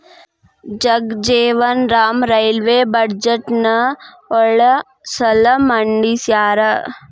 Jagjivan Ram railway ಬಜೆಟ್ನ ಯೊಳ ಸಲ ಮಂಡಿಸ್ಯಾರ